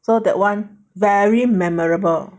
so that one very memorable